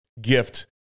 gift